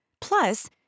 Plus